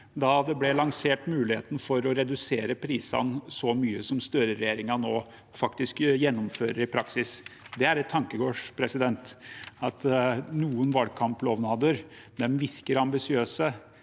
da det ble lansert mulighet for å redusere prisene så mye som Støre-regjeringen nå faktisk gjennomfører i praksis. Det er et tankekors at noen valgkamplovnader virker ambisiøse,